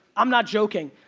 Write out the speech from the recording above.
i'm not joking.